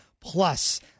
Plus